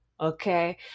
Okay